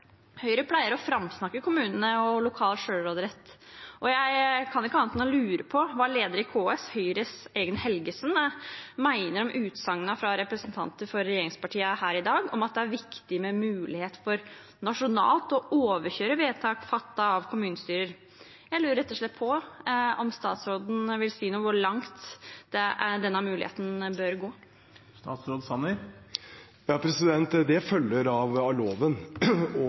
Høyre pleier å framsnakke kommunene og lokal sjølråderett, og jeg kan ikke annet enn å lure på hva lederen i KS, Høyres egen Helgesen, mener om utsagnene fra representanter for regjeringspartiene her i dag om at det er viktig med mulighet for nasjonalt å overkjøre vedtak fattet av kommunestyrer. Jeg lurer rett og slett på om statsråden vil si noe om hvor langt denne muligheten bør gå. Det følger av loven, men også av